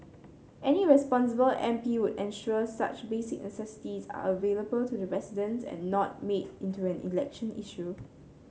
any responsible M P would ensure such basic necessities are available to the residents and not made into an election issue